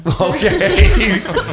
okay